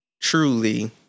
truly